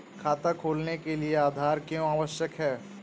खाता खोलने के लिए आधार क्यो आवश्यक है?